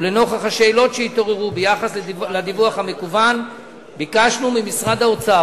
ולנוכח השאלות שהתעוררו ביחס לדיווח המקוון ביקשנו ממשרד האוצר